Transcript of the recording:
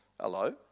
Hello